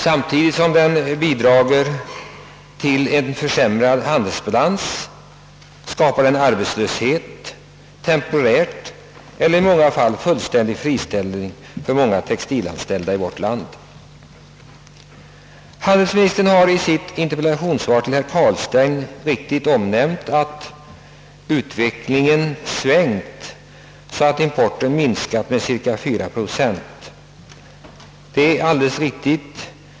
Samtidigt som den bidrar till en försämrad handelsbalans skapar den temporär arbetslöshet eller förorsakar att många textilarbetare blir helt friställda. Handelsministern har i sitt interpellationssvar till herr Carlstein alldeles riktigt framhållit, att utvecklingen nu har svängt och att importen minskat med cirka 4 procent.